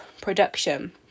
production